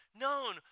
known